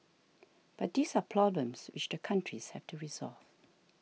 but these are problems which the countries have to resolve